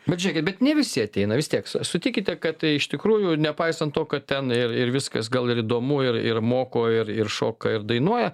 bet žiūrėkit bet ne visi ateina vis tiek su sutikite kad iš tikrųjų nepaisant to kad ten ir ir viskas gal ir įdomu ir ir moko ir ir šoka ir dainuoja